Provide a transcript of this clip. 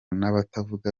n’abatavuga